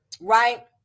Right